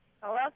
Hello